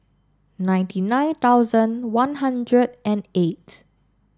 ninety nine thousand one hundred and eight